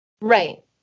Right